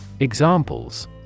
Examples